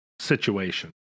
situation